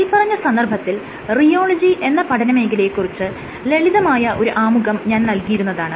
മേല്പറഞ്ഞ സന്ദർഭത്തിൽ റിയോളജി എന്ന പഠനമേഖലയെ കുറിച്ച് ലളിതമായ ഒരു ആമുഖം ഞാൻ നൽകിയിരുന്നതാണ്